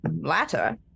latter